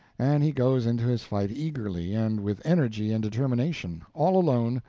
and he goes into his fight eagerly and with energy and determination all alone,